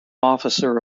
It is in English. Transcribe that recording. officer